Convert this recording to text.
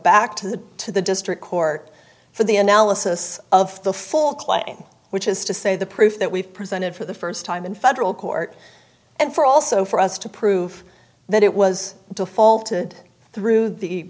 back to the to the district court for the analysis of the full claim which is to say the proof that we've presented for the first time in federal court and for also for us to prove that it was defaulted through the